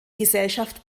gesellschaft